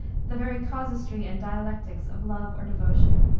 the very casuistry and dialectics of love or devotion.